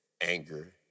anger